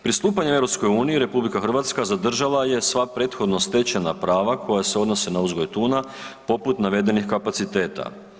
Pristupanjem EU RH zadržala je sva prethodno stečena prava koja se odnose na uzgoj tuna poput navedenih kapaciteta.